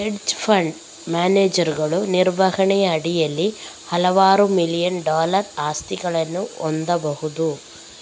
hedge fund ಮ್ಯಾನೇಜರುಗಳು ನಿರ್ವಹಣೆಯ ಅಡಿಯಲ್ಲಿ ಹಲವಾರು ಬಿಲಿಯನ್ ಡಾಲರ್ ಆಸ್ತಿಗಳನ್ನು ಹೊಂದಬಹುದು